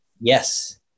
Yes